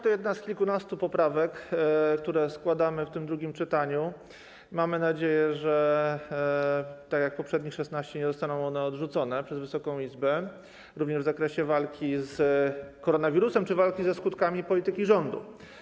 To jedna z kilkunastu poprawek, które składamy w tym drugim czytaniu - mamy nadzieję, że nie zostaną one, tak jak poprzednie 16 poprawek, odrzucone przez Wysoką Izbę - również w zakresie walki z koronawirusem czy walki ze skutkami polityki rządu.